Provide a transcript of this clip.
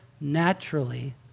naturally